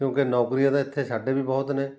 ਕਿਉਂਕਿ ਨੌਕਰੀਆਂ ਤਾਂ ਇੱਥੇ ਸਾਡੇ ਵੀ ਬਹੁਤ ਨੇ